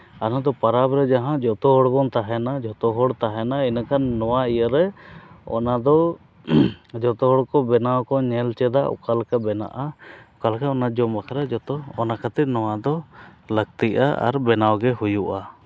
ᱟᱨ ᱱᱚᱣᱟ ᱫᱚ ᱯᱚᱨᱚᱵᱽ ᱨᱮ ᱡᱟᱦᱟᱸ ᱡᱚᱛᱚ ᱦᱚᱲ ᱵᱚᱱ ᱛᱟᱦᱮᱱᱟ ᱡᱚᱛᱚ ᱦᱚᱲ ᱛᱟᱦᱮᱱᱟ ᱤᱱᱟᱹᱠᱷᱟᱱ ᱱᱚᱣᱟ ᱤᱭᱟᱹ ᱨᱮ ᱚᱱᱟ ᱫᱚ ᱡᱚᱛᱚ ᱦᱚᱲ ᱠᱚ ᱵᱮᱱᱟᱣᱟᱠᱚ ᱧᱮᱞ ᱪᱮᱫᱟ ᱚᱠᱟᱞᱮᱠᱟ ᱵᱮᱱᱟᱜᱼᱟ ᱚᱠᱟᱞᱮᱠᱟ ᱚᱱᱟ ᱡᱚᱢ ᱵᱟᱠᱷᱨᱟ ᱡᱚᱛᱚ ᱚᱱᱟ ᱠᱷᱟᱹᱛᱤᱨ ᱱᱚᱣᱟ ᱫᱚ ᱞᱟᱹᱠᱛᱤᱜᱼᱟ ᱟᱨ ᱵᱮᱱᱟᱣ ᱜᱮ ᱦᱩᱭᱩᱜᱼᱟ